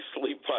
sleep